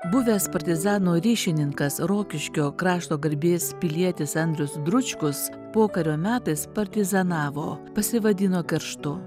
buvęs partizanų ryšininkas rokiškio krašto garbės pilietis andrius dručkus pokario metais partizanavo pasivadino kerštu